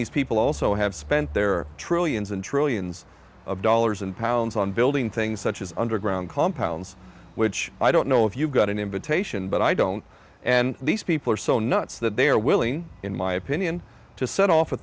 these people also have spent their trillions and trillions of dollars and pounds on building things such as underground compounds which i don't know if you got an invitation but i don't and these people are so nuts that they are willing in my opinion to set off a